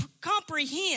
comprehend